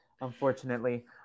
unfortunately